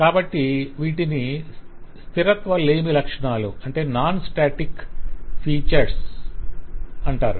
కాబట్టి వీటిని స్థిరత్వలేమి లక్షణాలు అంటారు